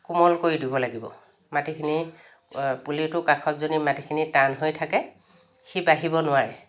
কোমল কৰি দিব লাগিব মাটিখিনি পুলিটো কাষত যদি মাটিখিনি টান হৈ থাকে সি বাঢ়িব নোৱাৰে